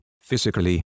physically